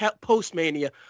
post-mania